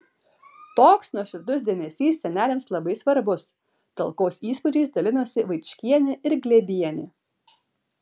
toks nuoširdus dėmesys seneliams labai svarbus talkos įspūdžiais dalinosi vaičkienė ir glėbienė